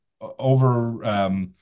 over